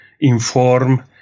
inform